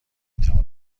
توانم